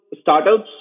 startups